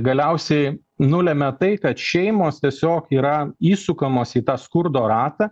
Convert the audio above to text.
galiausiai nulemia tai kad šeimos tiesiog yra įsukamos į tą skurdo ratą